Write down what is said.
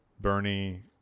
Bernie